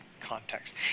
context